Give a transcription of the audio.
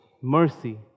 mercy